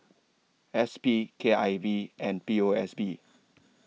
S P K I V and P O S B